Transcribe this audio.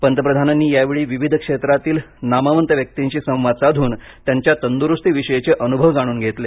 पंतप्रधानांनी यावेळी विविध क्षेत्रातील नामवंत व्यक्तिंशी संवाद साधून त्यांच्या तंदुरूस्ती विषयीचे अनुभव जाणून घेतले